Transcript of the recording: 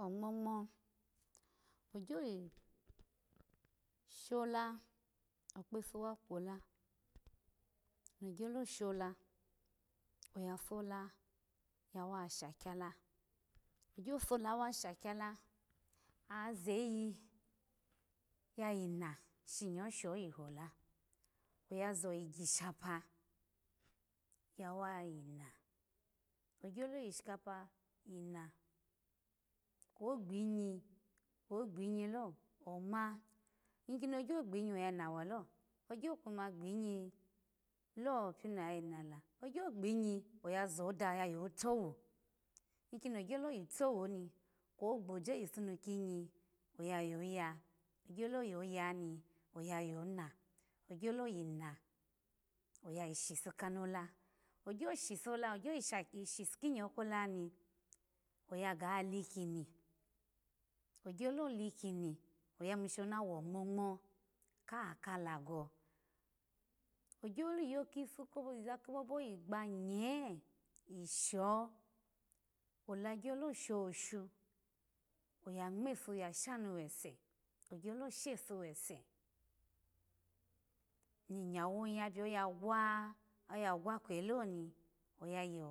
Ongmnangmna agyo yi shola okpefu wa kwola exyolo shola oya fola yawa sha gyah gyo fola wa sha gyalu oya ziyi ya yina shinyawo hola ooya zo ishikana wa yina ogyo yishikaba yina kwo gbinyi kwogbinyi oma ikim ogyo bginyi kwogbinyi o oma ikini ogyo gbinyi lo oya yina walo ogyo kuma gbinyi lo oya yina walo ogyo kuma gbinyi lo oya yina la ogyo kuma gbinyi lo ayo yina la ogyo gbinyi oya zoda yo tow ikini ogyolo yitowu oni kwo gboji yipu nu kinyi oya yoya ogyo lo yoyani oyayo na ogyolo yina ayo yishipukanola ogyo shipula kano ogyo shola ogyo shipu la ogyo shipu kaninyo kola ni oya ga likini ogyolo likini oya yimu shona wongmonongmna kahu kalago ogyo shoshe oya ngmefu ya shanu wese ogyolo shefu wese inyawoli yabiyo oyagwa oya gwakweyi lni oya yo